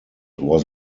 was